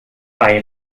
bei